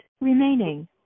remaining